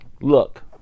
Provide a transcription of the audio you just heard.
Look